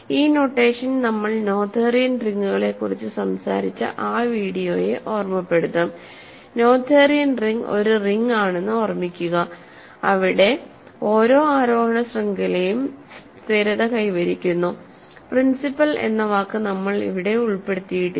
ഈ നൊട്ടേഷൻ നമ്മൾ നോഥെറിയൻ റിങ്ങുകളെക്കുറിച്ച് സംസാരിച്ച ആ വീഡിയോയെ ഓർമ്മപ്പെടുത്തും നോഥെറിയൻ റിങ് ഒരു റിങ് ആണെന്ന് ഓർമ്മിക്കുക അവിടെ ഓരോ ആരോഹണ ശൃംഖലയും സ്ഥിരത കൈവരിക്കുന്നു പ്രിൻസിപ്പൽ എന്ന വാക്ക് നമ്മൾ അവിടെ ഉൾപ്പെടുത്തിയിട്ടില്ല